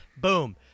boom